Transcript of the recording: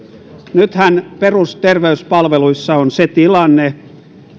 nythän perusterveyspalveluissa on se tilanne